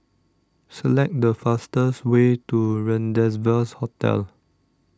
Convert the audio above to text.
select the fastest way to Rendezvous Hotel